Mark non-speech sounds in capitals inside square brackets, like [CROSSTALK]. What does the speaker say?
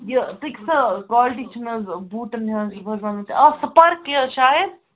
یہِ [UNINTELLIGIBLE] کالٹی چھِنہٕ حظ بوٗٹَن ہٕنٛز بہٕ حظ وَنَو تۄہہِ آ سٔپارک حظ شاید